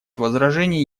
возражений